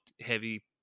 heavy